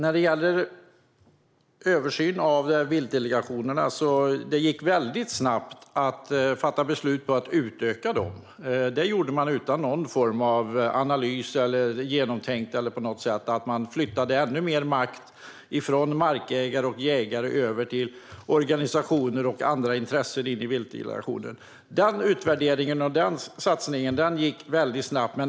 Fru talman! Det gick väldigt snabbt att fatta beslut om att utöka antalet platser i viltdelegationerna - man gjorde det utan någon form av analys eller genomtänkt agerande. Man flyttade över ännu mer makt från markägare och jägare till organisationer och andra intressen i viltdelegationerna. Denna utvärdering och denna satsning gick väldigt snabbt.